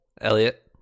Elliot